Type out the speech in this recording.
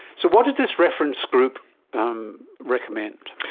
so what did this reference group um recommend?